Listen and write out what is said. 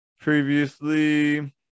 previously